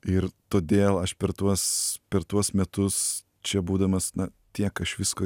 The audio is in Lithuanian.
ir todėl aš per tuos per tuos metus čia būdamas na tiek aš visko